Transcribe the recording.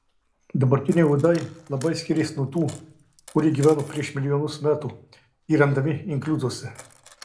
dabartiniai uodai labai skiriasi nuo tų kurie gyveno prieš milijonus metų ir randami inkliuzuose